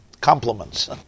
compliments